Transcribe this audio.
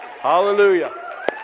Hallelujah